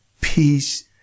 peace